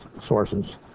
sources